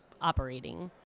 operating